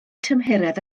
tymheredd